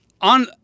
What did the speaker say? on